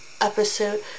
episode